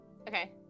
okay